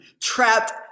trapped